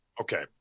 Okay